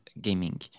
gaming